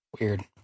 Weird